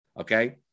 okay